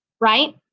right